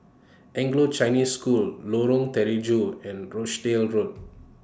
Anglo Chinese School Lorong Terigu and Rochdale Road